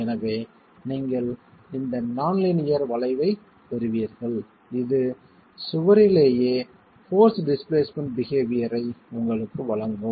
எனவே நீங்கள் இந்த நான் லீனியர் வளைவைப் பெறுவீர்கள் இது சுவரிலேயே போர்ஸ் டிஸ்பிளேஸ்மென்ட் பிஹேவியர் ஐ உங்களுக்கு வழங்கும்